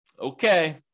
Okay